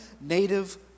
native